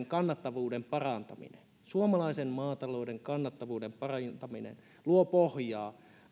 kannattavuuden parantaminen suomalaisen maatalouden kannattavuuden parantaminen luo pohjaa